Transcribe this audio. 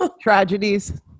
tragedies